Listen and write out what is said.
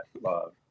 love